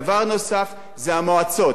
דבר נוסף זה המועצות.